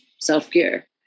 self-care